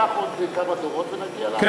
ייקח עוד כמה דורות ונגיע, .